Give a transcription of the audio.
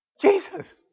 Jesus